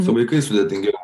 su vaikais sudėtingiau